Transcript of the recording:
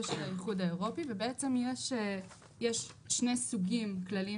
של האיחוד האירופי ויש שני סוגים כלליים